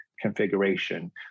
configuration